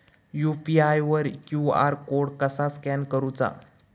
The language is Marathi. यू.पी.आय वर क्यू.आर कोड कसा स्कॅन करूचा?